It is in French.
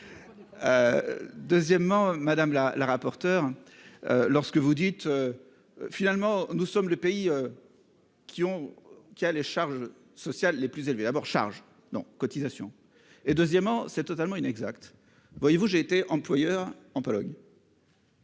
Deuxièmement, madame la rapporteure. Lorsque vous dites. Finalement, nous sommes le pays. Qui ont qui a les charges sociales les plus élevées d'abord charge non cotisations et deuxièmement c'est totalement inexact. Voyez vous j'ai été employeur en Pologne.